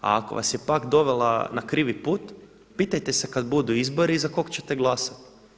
A ako vas je pak dovela na krivi put, pitajte se kada budu izbori za koga ćete glasati.